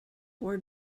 were